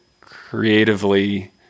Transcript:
creatively